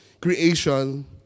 creation